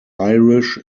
irish